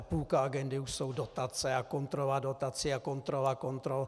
Půlka agendy už jsou dotace a kontrola dotací a kontrola kontrol.